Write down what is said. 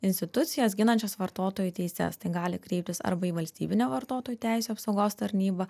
institucijas ginančias vartotojų teises tai gali kreiptis arba į valstybinę vartotojų teisių apsaugos tarnybą